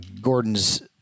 gordon's